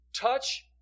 Touch